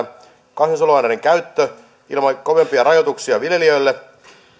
kasvinsuojeluaineiden käyttö ilman kovempia rajoituksia viljelijöille